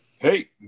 hey